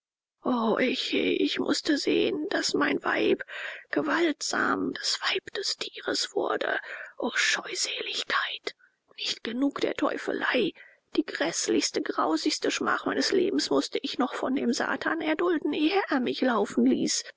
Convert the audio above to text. o ich ich ich mußte sehen daß mein weib gewaltsam das weib des tieres wurde o scheusäligkeit nicht genug der teufelei die gräßlichste grausigste schmach meines lebens mußte ich noch von dem satan erdulden ehe er mich laufen ließ